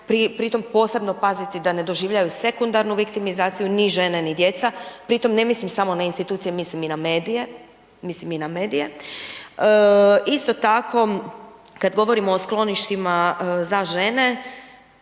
pri tome posebno paziti da ne doživljavaju sekundarnu viktimizaciju ni žene ni djeca, pri tome ne mislim samo na institucije, mislim i na medije, mislim i na medije. Isto tako kad govorimo o skloništima za žene